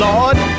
Lord